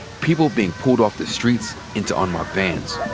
people being pulled off the streets into unmarked vans.